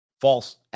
false